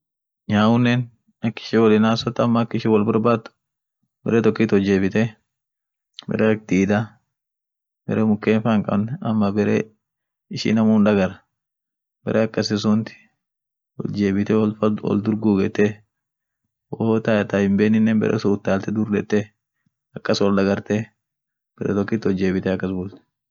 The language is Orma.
nyaunen ak ishin wolin hasot ama ak ishin wol borbad bare tokit wo jebite bare ak diida bare muken fa hinkabn ama bare ishi namubhindagar, bare akasi sunt wot jebite wol dur gugete wota-tahmbeninen bere sun utalte dur dete akas woldagarte bare tokit wo jebite akas bult.